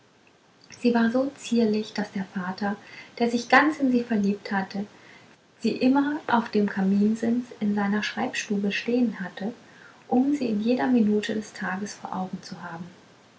sie war so zierlich daß der vater der sich ganz in sie verliebt hatte sie immer auf dem kaminsims in seiner schreibstube stehen hatte um sie in jeder minute des tages vor augen zu haben